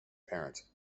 parent